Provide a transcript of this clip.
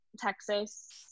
Texas